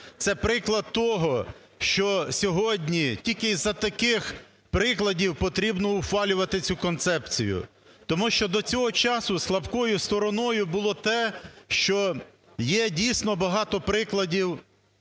Це приклад того, що сьогодні тільки з-за таких прикладів потрібно ухвалювати цю концепцію. Тому що до цього часу слабкою стороною було те, що є, дійсно, багато прикладів,